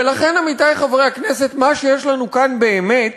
ולכן, עמיתי חברי הכנסת, מה שיש לנו כאן באמת